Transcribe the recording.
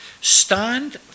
Stand